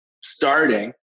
starting